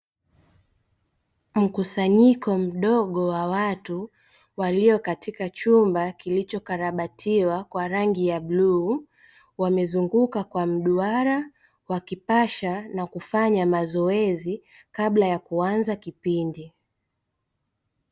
Mkusanyiko mdogo wa watu, walio katika chumba kilicho karabatiwa kwa rangi ya bluu, wamezunguka kwa mduara, wakipasha na kufanya mazoezi kabla ya kuanza kipindi.